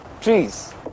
Trees